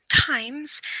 times